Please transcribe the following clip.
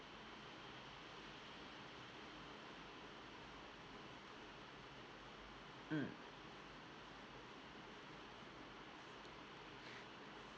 mm